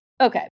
Okay